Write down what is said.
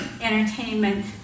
entertainment